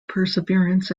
perseverance